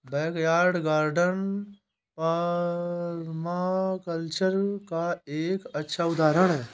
backyard garden permaculture का एक अच्छा उदाहरण हैं